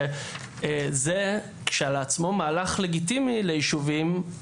והוועדה בהליך החקיקה שלו ב-2011 שינתה את